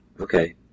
Okay